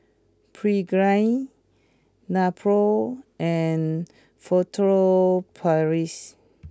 Pregain Nepro and Furtere Paris